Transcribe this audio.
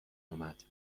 اومد